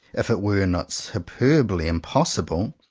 if it were not superbly impossible,